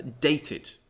dated